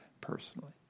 personally